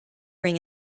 ring